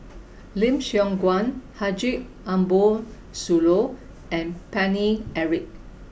Lim Siong Guan Haji Ambo Sooloh and Paine Eric